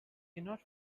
cannot